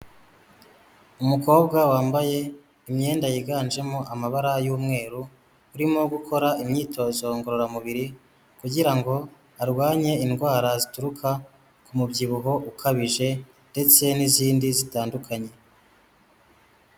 Umukobwa wambaye imyenda yiganjemo amabara y'umweru, urimo gukora imyitozo ngororamubiri kugira ngo arwanye indwara zituruka ku mubyibuho ukabije ndetse n'izindi zitandukanye.